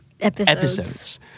episodes